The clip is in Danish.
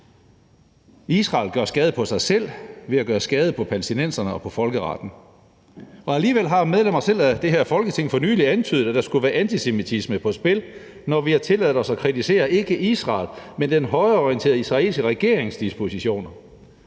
Israel gør skade på sig selv ved at gøre skade på palæstinenserne og på folkeretten. Alligevel har selv medlemmer af det her Folketing for nylig antydet, at der skulle være antisemitisme på spil, når vi har tilladt os at kritisere ikke Israel, men den højreorienterede israelske regerings dispositioner.